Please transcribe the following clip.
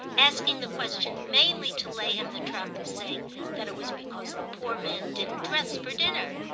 asking the question mainly to lay him the trap of saying that it was because the poor man didn't dress for dinner.